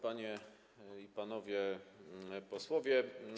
Panie i Panowie Posłowie!